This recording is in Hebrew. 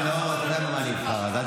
יש לנו רעיון באופוזיציה.